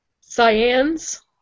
Cyan's